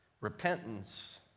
repentance